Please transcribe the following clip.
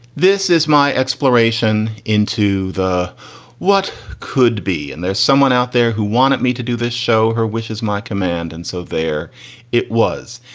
this is my exploration into the what could be. and there's someone out there who want me to do this show. her wish is my command. and so there it was.